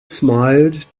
smiled